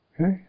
Okay